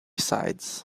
sides